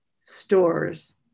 stores